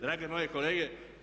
Drage moje kolege!